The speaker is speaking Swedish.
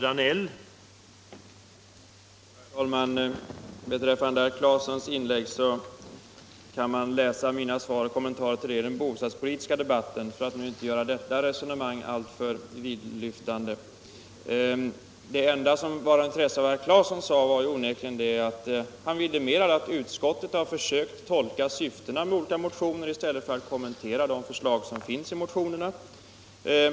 Herr talman! Vad herr Ciaesons inlägg beträffar, så kan man ta del av mina svar och kommentarer till det i den bostadspolitiska debatten, för att nu inte göra detta resonemang alltför vidlyftigt. Det enda som var av intresse i vad herr Claeson sade var onekligen att han vidimerade att utskottet har försökt tolka syftena med olika motioner i stället för att kommentera de förslag som finns i motionerna.